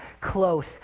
close